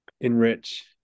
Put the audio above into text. enrich